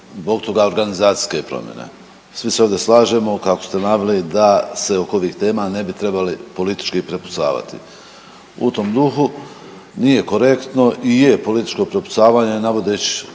zbog toga organizacijske promjene. Svi se ovdje slažemo, kako ste naveli da se oko ovih tema ne bi trebali politički prepucavati. U tom duhu, nije korektno i je političko prepucavanje navodi